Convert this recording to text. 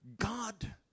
God